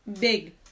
Big